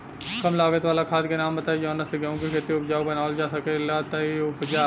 कम लागत वाला खाद के नाम बताई जवना से गेहूं के खेती उपजाऊ बनावल जा सके ती उपजा?